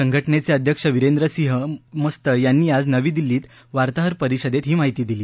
संघटनेचे अध्यक्ष वीरेंद्र सिहं मस्त यांनी आज नवी दिल्लीत वार्ताहर परिषदेत ही माहिती दिली